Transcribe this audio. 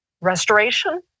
Restoration